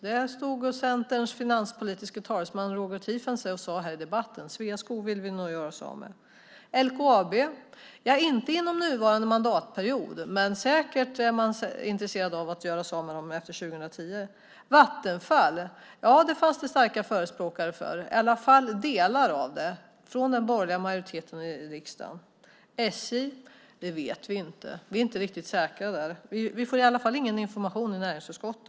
Det sade Centerns finanspolitiska talesman Roger Tiefensee här i debatten: Sveaskog vill vi nog göra oss av med. Kan det vara LKAB? Inte inom nuvarande mandatperiod, men man är säkert intresserad av att göra sig av med det efter 2010. Kan det vara Vattenfall? Ja, i alla fall delar av det. Det fanns det starka förespråkare för i den borgerliga majoriteten i riksdagen. När det gäller SJ vet vi inte. Vi är inte riktigt säkra. Vi får i alla fall ingen information i näringsutskottet.